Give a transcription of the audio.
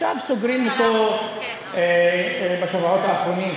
עכשיו סוגרים אותו בשבועות האחרונים,